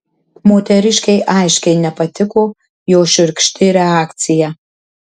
moteriškei aiškiai nepatiko jo šiurkšti reakcija